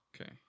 Okay